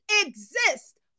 exist